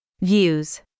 Views